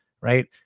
right